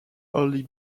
holly